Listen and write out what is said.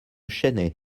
chennai